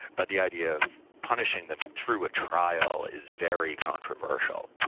but the idea punishing them through a trial is very controversial.